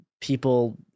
people